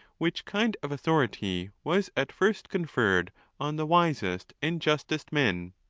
which kind of autho rity was at first conferred on the wisest and justest men.